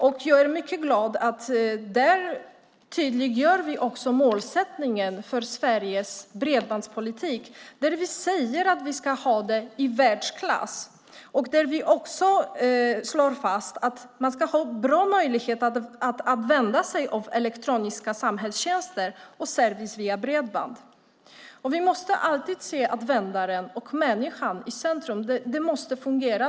Jag är glad över att vi där tydliggör målsättningen för Sveriges bredbandspolitik och säger att vi ska ha det i världsklass. Vi slår också fast att man ska ha bra möjlighet att använda sig av elektroniska samhällstjänster och service via bredband. Vi måste alltid sätta användaren och människan i centrum. Det måste fungera.